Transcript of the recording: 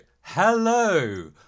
hello